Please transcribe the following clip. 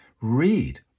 read